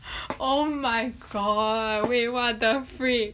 oh my god wait what the freak